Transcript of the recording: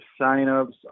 signups